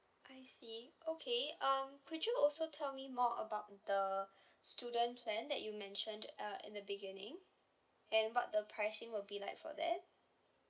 I see okay um could you also tell me more about the student plan that you mentioned uh in the beginning and what the pricing will be like for that